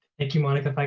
thank you, monica. but